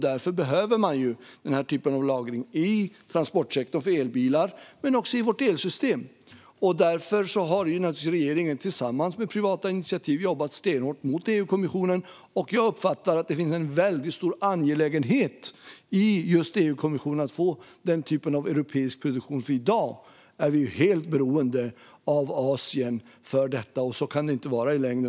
Därför behövs denna typ av lagring i transportsektorn för elbilar men också i vårt elsystem. Därför har naturligtvis regeringen tillsammans med privata initiativ jobbat stenhårt mot EU-kommissionen. Jag uppfattar att det finns en mycket stor angelägenhet i just EU-kommissionen att få denna typ av europeisk produktion. I dag är vi nämligen helt beroende av Asien för detta, och så kan det inte vara i längden.